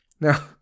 Now